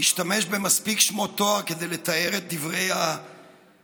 השתמש במספיק שמות תואר לתאר את דברי ההבל